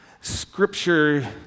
scripture